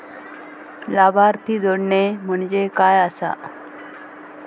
लाभार्थी जोडणे म्हणजे काय आसा?